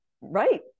Right